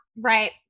right